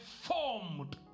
formed